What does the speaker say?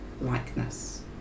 likeness